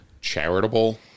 charitable